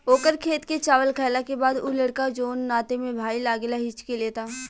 ओकर खेत के चावल खैला के बाद उ लड़का जोन नाते में भाई लागेला हिच्की लेता